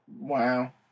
Wow